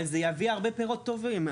אבל זה יביא הרבה פירות טובים.